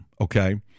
okay